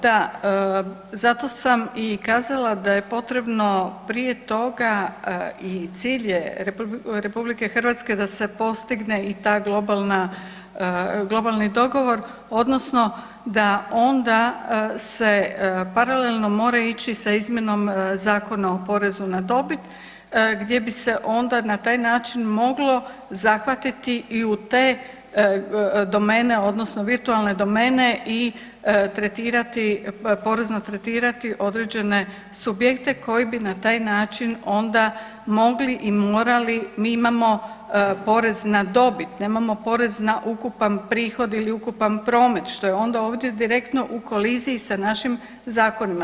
Da, zato sam i kazala da je potrebno prije toga i cilj je RH da se postigne i taj globalni dogovor odnosno da onda se paralelno mora ići sa izmjenom Zakona o porezu na dobit gdje bi se onda na taj način moglo zahvatiti i u te domene odnosno virtualne domene i tretirati, porezno tretirati određene subjekte koji bi na taj način mogli i morali, mi imamo porez na dobit nemamo porez na ukupan prihod ili ukupan promet što je onda ovdje direktno u koliziji sa našim zakonima.